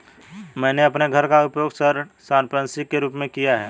मैंने अपने घर का उपयोग ऋण संपार्श्विक के रूप में किया है